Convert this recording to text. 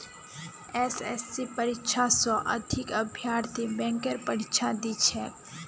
एसएससीर परीक्षा स अधिक अभ्यर्थी बैंकेर परीक्षा दी छेक